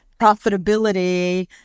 profitability